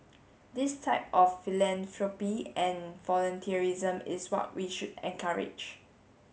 this type of philanthropy and volunteerism is what we should encourage